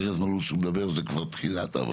ארז מלול כשהוא מדבר, זה כבר תחילת העבודה.